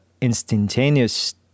instantaneous